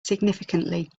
significantly